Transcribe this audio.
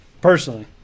Personally